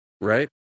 right